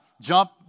jump